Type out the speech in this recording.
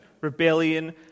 rebellion